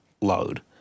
load